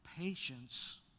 patience